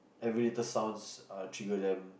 every little sounds uh trigger them